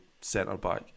centre-back